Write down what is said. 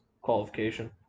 qualification